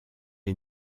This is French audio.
est